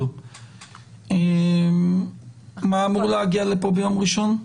מה אמור להגיע לכאן ביום ראשון?